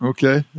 Okay